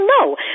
no